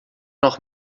noch